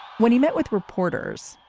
when he met with reporters,